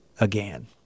again